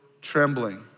trembling